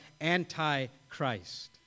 antichrist